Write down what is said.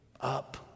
up